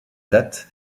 date